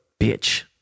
bitch